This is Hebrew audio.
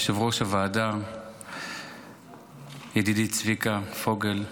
יושב-ראש הוועדה ידידי צביקה פוגל,